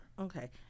Okay